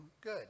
good